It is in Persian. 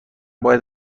باید